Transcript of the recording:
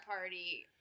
party